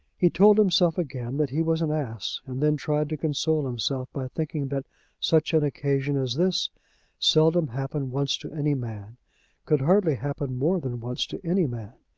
he told himself again that he was an ass and then tried to console himself by thinking that such an occasion as this seldom happened once to any man could hardly happen more than once to any man.